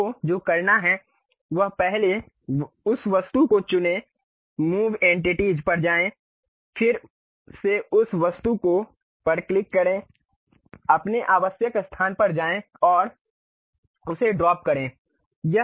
आपको जो करना है वह पहले उस वस्तु को चुनें मूव एंटिटीज पर जाएँ फिर से उस वस्तु पर क्लिक करें अपने आवश्यक स्थान पर जाएँ और उसे ड्रॉप करें